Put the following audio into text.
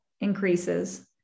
increases